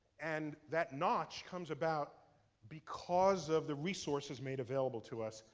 and that notch comes about because of the resources made available to us,